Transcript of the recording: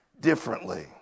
differently